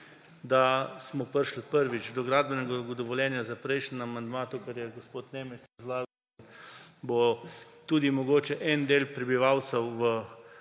da smo prišli; prvič, do gradbenega dovoljenja za prejšnji amandma, to, kar je gospod Nemec razlagal, in bo tudi mogoče en del prebivalcev v